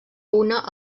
una